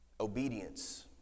obedience